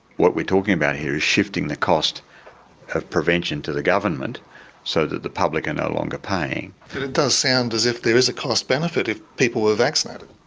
what we're talking about here is shifting the cost of prevention to the government so that the public are no longer paying. but it does sound as if there is a cost benefit if people were vaccinated.